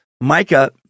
Micah